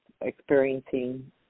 experiencing